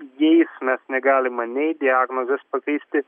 jais mes negalima nei diagnozės pakeisti